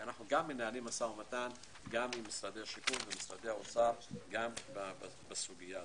אנו גם מנהלים משא ומתן גם עם משרדי השיכון והאוצר בסוגיה זו גם